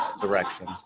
direction